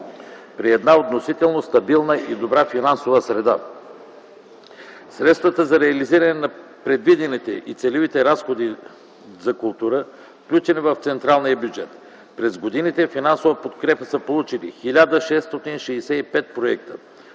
при една относително стабилна и добра финансова среда. Средствата за реализиране на предвидените и целевите разходи за култура са включени в централния бюджет. През годините финансова подкрепа са получили 1665 проекта